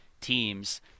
teams